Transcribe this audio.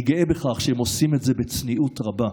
אני גאה בכך שהם עושים את זה בצניעות רבה.